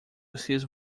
his